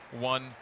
one